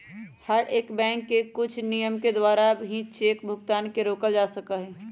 हर एक बैंक के कुछ नियम के द्वारा ही चेक भुगतान के रोकल जा सका हई